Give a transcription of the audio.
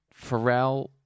pharrell